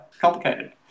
Complicated